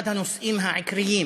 אחד הנושאים העיקריים